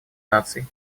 наций